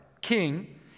King